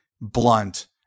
blunt